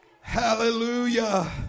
Hallelujah